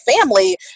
family